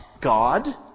God